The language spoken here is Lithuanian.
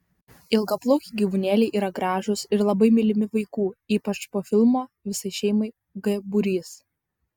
ilgaplaukiai gyvūnėliai yra gražūs ir labai mylimi vaikų ypač po filmo visai šeimai g būrys